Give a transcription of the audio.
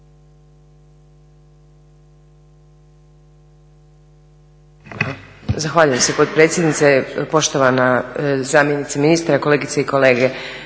Zahvaljujem se potpredsjednice, poštovana zamjenice ministra, kolegice i kolege.